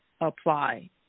apply